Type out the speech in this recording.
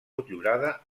motllurada